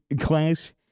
class